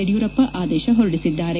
ಯಡಿಯೂರಪ್ಪ ಆದೇಶ ಹೊರಡಿಸಿದ್ದಾರೆ